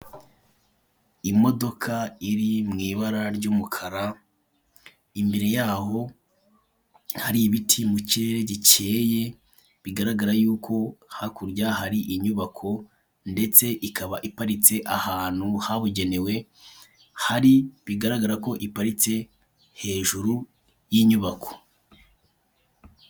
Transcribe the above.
Imodoka iri mu ibara ry'umukara imbere yaho hari ibiti mu kirere gikeye, bigaragara yuko hakurya hari inyubako ndetse ikaba iparitse ahantu habugenewe hari bigaragara ko iparitse hejuru y'inyubako.